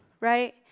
right